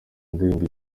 indirimbo